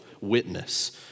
witness